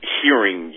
hearing